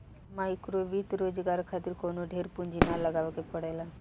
माइक्रोवित्त रोजगार खातिर कवनो ढेर पूंजी ना लगावे के पड़ेला